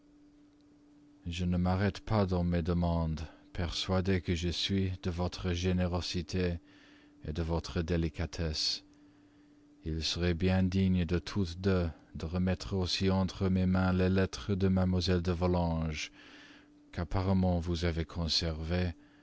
je ne m'arrête pas dans mes demandes persuadée que je suis de votre générosité de votre délicatesse il serait bien digne de toutes deux de remettre aussi entre mes mains les lettres de mlle de volanges qu'apparemment vous avez conservées